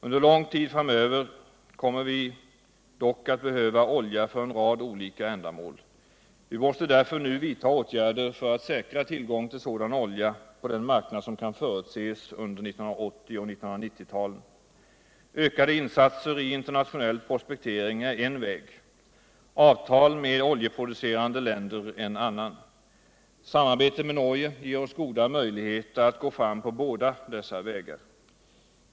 Under lång tid framöver kommer vi dock att behöva olja för en rad olika ändamål. Vi måste därför nu vidta åtgärder för att säkra tillgång till sådan olja på den marknad som kan förutses under 1980 och 1990-talen. Ökade insatser i internationell prospektering är en väg, avtal med oljeproducerande länder en annan. Samarbetet med Norge ger oss goda möjligheter att gå fram på båda dessa vägar.